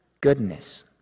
goodness